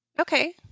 Okay